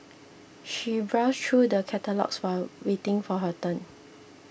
she browsed through the catalogues while waiting for her turn